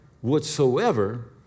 whatsoever